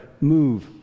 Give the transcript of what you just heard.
move